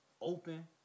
open